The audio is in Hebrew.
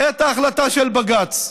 את ההחלטה של בג"ץ.